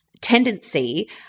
tendency